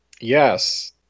Yes